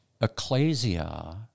Ecclesia